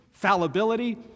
fallibility